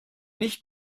nicht